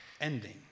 ending